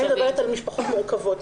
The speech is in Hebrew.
אני מדברת על משפחות מורכבות.